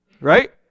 Right